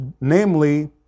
namely